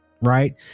right